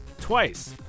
twice